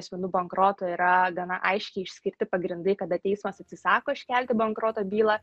asmenų bankroto yra gana aiškiai išskirti pagrindai kada teismas atsisako iškelti bankroto bylą